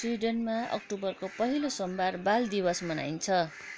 स्विडेनमा अक्टोबरको पहिलो सोमबार बाल दिवस मनाइन्छ